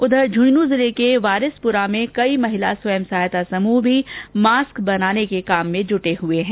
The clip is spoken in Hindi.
उधर झूंझुनू जिले के वारिसपुरा में कई महिला स्वयं सहायता समूह भी मास्क बनाने के काम में जुटे हुए हैं